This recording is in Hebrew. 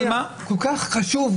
אבל מה היה כל כך חשוב,